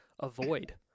avoid